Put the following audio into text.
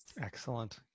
Excellent